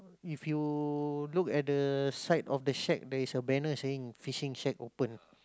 if you look at the side of the shack there is a banner saying fishing shack open